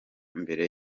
mbere